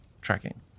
tracking